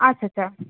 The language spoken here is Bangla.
আচ্ছা আচ্ছা